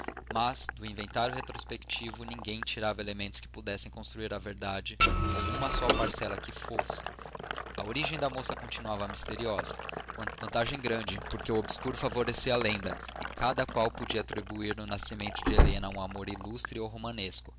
mas do inventário retrospectivo ninguém tirava elementos que pudessem construir a verdade ou uma só parcela que fosse a origem da moça continuava misteriosa vantagem grande porque o obscuro favorecia a lenda e cada qual podia atribuir o nascimento de helena a um amor ilustre ou